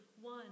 one